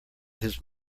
his